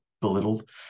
belittled